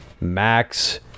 Max